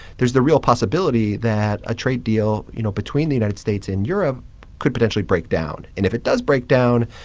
there's the real possibility that a trade deal, you know, between the united states and europe could potentially break down. and if it does break down,